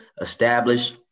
establish